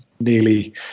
nearly